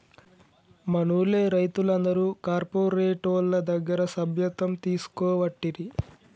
మనూళ్లె రైతులందరు కార్పోరేటోళ్ల దగ్గర సభ్యత్వం తీసుకోవట్టిరి